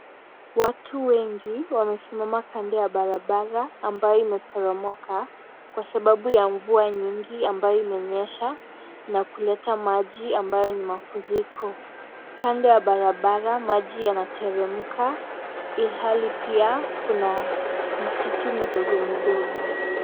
Watu wengi wamesimama kando ya barabara ambayo imeporomoka kwa sababu ya mvua nyingi iliyo nyesha, na kuleta maji nyingi ambayo ni mafuriko, kando ya barabara maji yanateremka, ilhali pia, kuna misitu midogo midogo.